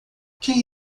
quem